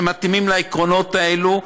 שמתאימים לעקרונות האלה,